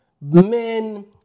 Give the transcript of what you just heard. men